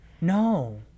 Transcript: No